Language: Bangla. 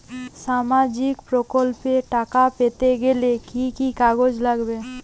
সামাজিক প্রকল্পর টাকা পেতে গেলে কি কি কাগজ লাগবে?